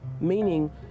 meaning